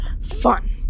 fun